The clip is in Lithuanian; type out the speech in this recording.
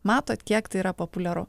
matot kiek tai yra populiaru